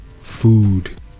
food